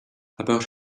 about